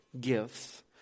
gifts